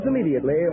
immediately